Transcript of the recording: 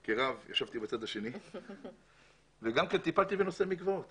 בוועדה הזאת כרב וטיפלתי בנושא מקוואות